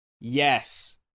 Yes